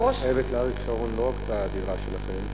בעצם את חייבת לאריק שרון לא רק את הדירה שלכם,